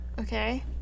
Okay